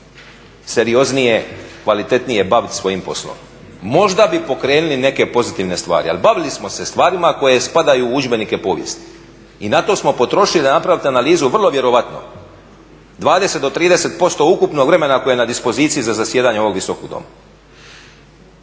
serioznije, kvalitetnije baviti svojim poslom. Možda bi pokrenuli neke pozitivne stvari. Ali bavili smo se stvarima koje spadaju u udžbenike povijesti i na to smo potrošili napraviti analizu vrlo vjerojatno 20 do 30% ukupnog vremena koje je na dispoziciji za zasjedanje ovog Visokog doma.